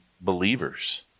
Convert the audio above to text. believers